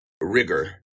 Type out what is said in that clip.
rigor